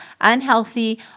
unhealthy